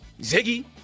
Ziggy